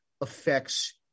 affects